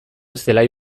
zelai